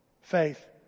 faith